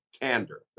candor